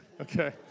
okay